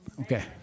Okay